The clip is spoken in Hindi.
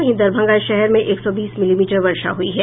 वहीं दरभंगा शरहर में एक सौ बीस मिलीमीटर वर्षा हुई है